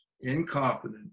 incompetent